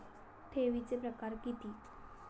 ठेवीचे प्रकार किती?